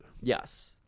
Yes